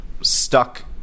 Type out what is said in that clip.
stuck